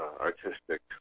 artistic